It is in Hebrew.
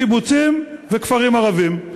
קיבוצים וכפרים ערביים,